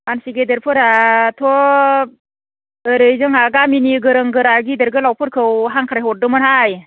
मानसि गेदेरफोराथ' ओरै जोंहा गामिनि गोरों गोरा गिदिर गोलावफोरखौ हांख्राय हरदोंमोनहाय